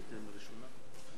8 בחודש מרס 2011 למניינם.